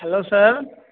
hello sir